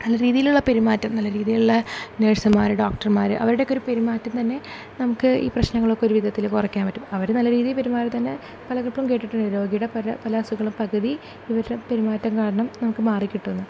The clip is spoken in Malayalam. നല്ല രീതിയിലുള്ള പെരുമാറ്റം നല്ല രീതിയിലുള്ള നഴ്സുമാര് ഡോക്ടർമാര് അവരുടെയൊക്കെ ഒരു പെരുമാറ്റം തന്നെ നമുക്ക് ഈ പ്രശ്നങ്ങളൊക്കെ ഒരുവിധത്തിലും കുറയ്ക്കാൻ പറ്റും അവര് നല്ല രീതിയിൽ പെരുമാറിയാൽ തന്നെ പലർക്കും കേട്ടിട്ടുണ്ട് രോഗിയുടെ പല പല അസുഖങ്ങളുടെ പകുതി ഇവരുടെ പെരുമാറ്റം കാരണം നമുക്ക് മാറി കിട്ടും എന്ന്